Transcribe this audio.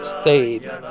stayed